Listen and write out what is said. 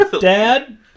Dad